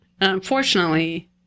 Unfortunately